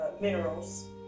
minerals